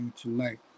tonight